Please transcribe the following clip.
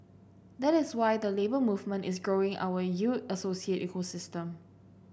that is why the Labour Movement is growing our U Associate ecosystem